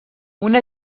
una